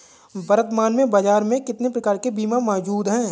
वर्तमान में बाज़ार में कितने प्रकार के बीमा मौजूद हैं?